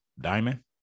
diamond